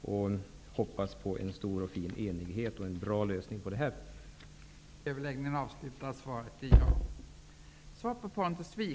Jag hoppas på en bred enighet och en bra lösning på det här problemet.